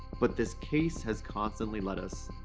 but this case has constantly led us